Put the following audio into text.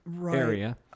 area